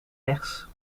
rechts